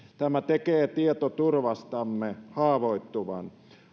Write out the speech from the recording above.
tämä tekee tietoturvastamme haavoittuvan